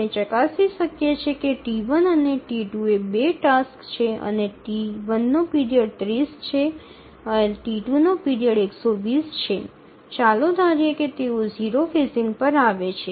આપણે ચકાસી શકીએ છીએ કે T1 અને T2 એ ૨ ટાસક્સ છે અને T1 નો પીરિયડ 30 છે T2 નો પીરિયડ ૧૨0 છે અને ચાલો ધારીએ કે તેઓ 0 ફેઝિંગ પર આવે છે